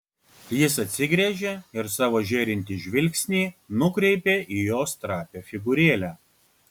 jis atsigręžė ir savo žėrintį žvilgsnį nukreipė į jos trapią figūrėlę